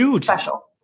special